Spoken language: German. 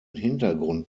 hintergrund